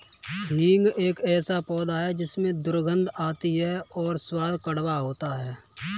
हींग एक ऐसा पौधा है जिसमें दुर्गंध आती है और स्वाद कड़वा होता है